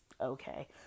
Okay